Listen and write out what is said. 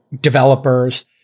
developers